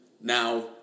Now